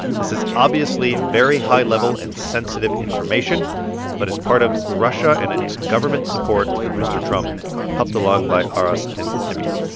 this is obviously very high level and sensitive information but is part of russia and its government support for mr. trump helped along by aras and emin.